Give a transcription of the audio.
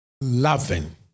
loving